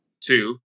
Two